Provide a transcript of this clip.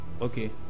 okay